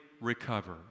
recover